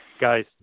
guys